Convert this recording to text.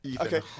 Okay